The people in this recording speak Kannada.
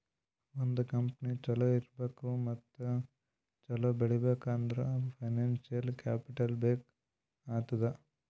ಒಂದ್ ಕಂಪನಿ ಛಲೋ ಇರ್ಬೇಕ್ ಮತ್ತ ಛಲೋ ಬೆಳೀಬೇಕ್ ಅಂದುರ್ ಫೈನಾನ್ಸಿಯಲ್ ಕ್ಯಾಪಿಟಲ್ ಬೇಕ್ ಆತ್ತುದ್